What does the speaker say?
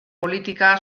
politika